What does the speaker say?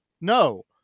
No